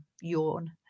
yawn